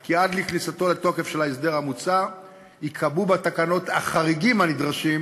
כי עד לכניסתו לתוקף של ההסדר המוצע ייקבעו בתקנות החריגים הנדרשים,